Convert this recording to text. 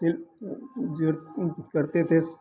सिल ज्यों करते थे